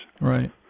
Right